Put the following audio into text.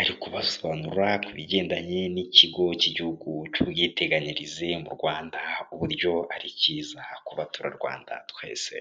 ari kubasobanura kubigendanye n'ikigo cy'igihugu cy'ubwiteganyirize mu Rwanda, uburyo ari kiza ku baturarwanda twese.